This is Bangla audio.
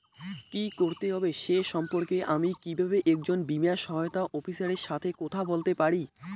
কী করতে হবে সে সম্পর্কে আমি কীভাবে একজন বীমা সহায়তা অফিসারের সাথে কথা বলতে পারি?